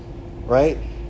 right